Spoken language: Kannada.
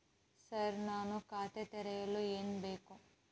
ಸರ್ ನಾನು ಖಾತೆ ತೆರೆಯಲು ಏನು ಬೇಕು?